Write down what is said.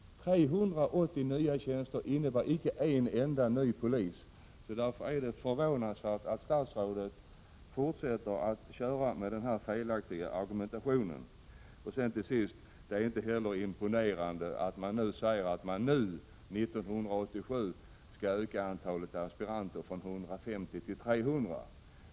380 nya tjänster innebär icke en enda ny polis. Därför är det förvånansvärt att statsrådet fortsätter att köra med den felaktiga argumentationen. Sedan till sist: Det är heller inte imponerande när det sägs att man nu 1987 skall öka antalet aspiranter från 150 till 300.